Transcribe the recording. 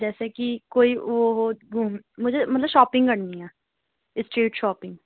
جیسے کہ کوئی وہ مجھے مجھے مطلب شاپنگ کرنی ہے اسٹریٹ شاپنگ